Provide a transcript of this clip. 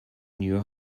new